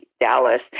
dallas